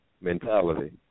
mentality